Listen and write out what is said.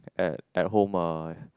at at home uh